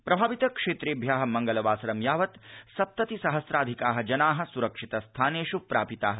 प्रभावित क्षेत्रेभ्य मङ्गलवासरं यावत् सप्तति सहम्राधिका जना स्रक्षित स्थानेष् प्रापिता